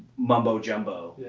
mumbo-jumbo,